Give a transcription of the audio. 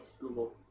Google